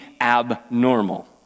abnormal